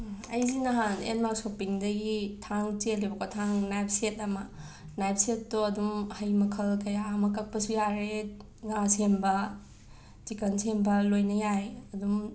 ꯑꯩꯁꯦ ꯅꯍꯥꯟ N mart ꯁꯣꯄꯤꯡꯗꯒꯤ ꯊꯥꯡ ꯆꯦꯜꯂꯦꯕꯀꯣ ꯊꯥꯡ ꯅꯥꯏꯞ ꯁꯦꯠ ꯑꯃ ꯅꯥꯏꯐ ꯁꯦꯠꯇꯣ ꯑꯗꯨꯝ ꯍꯩ ꯃꯈꯜ ꯀꯌꯥ ꯑꯃ ꯀꯛꯄꯁꯨ ꯌꯥꯔꯦ ꯉꯥ ꯁꯦꯝꯕ ꯆꯤꯛꯀꯟ ꯁꯦꯝꯕ ꯂꯣꯏꯅ ꯌꯥꯏ ꯑꯗꯨꯝ